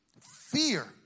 Fear